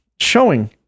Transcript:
showing